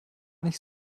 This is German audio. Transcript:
nicht